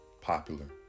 popular